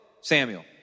Samuel